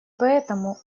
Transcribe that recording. поэтому